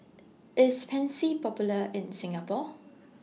IS Pansy Popular in Singapore